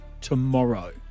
tomorrow